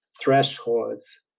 thresholds